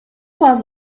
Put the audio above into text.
was